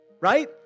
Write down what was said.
right